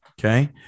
Okay